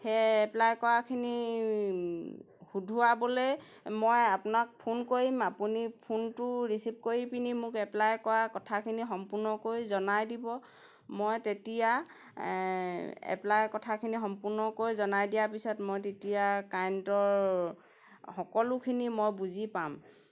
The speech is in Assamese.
সেয়ে এপ্লাই কৰাখিনি শুধৰাবলৈ মই আপোনাক ফোন কৰিম আপুনি ফোনটো ৰিচিভ কৰি পিনি মোক এপ্লাই কৰা কথাখিনি সম্পূৰ্ণকৈ জনাই দিব মই তেতিয়া এপ্লাই কথাখিনি সম্পূৰ্ণকৈ জনাই দিয়াৰ পিছত মই তেতিয়া কাৰেণ্টৰ সকলোখিনি মই বুজি পাম